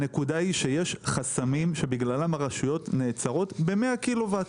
הנקודה היא שיש חסמים שבגללם הרשויות נעצרות ב-100 קילו-וואט.